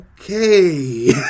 Okay